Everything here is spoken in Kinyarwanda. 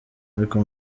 ariko